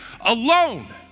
alone